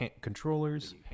controllers